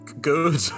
Good